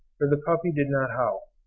for the puppy did not howl,